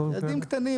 ילדים קטנים,